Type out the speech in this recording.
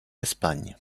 espagne